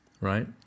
Right